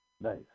Nice